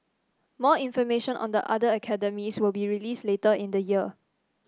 more information on the other academies will be released later in the year